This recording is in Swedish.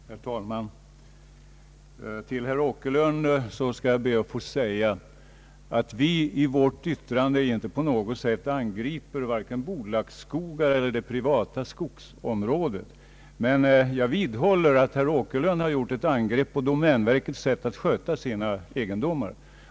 Herr talman! Till herr Åkerlund vill jag säga att utskottet i sitt yttrande inte på något sätt angriper vare sig skogsbolagen eller de enskilda skogsägarna, men jag vidhåller att herr Åkerlund har gjort ett angrepp på domänverkets sätt att sköta sina egendomar.